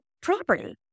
property